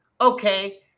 okay